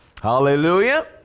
Hallelujah